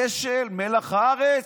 אשל, מלח הארץ.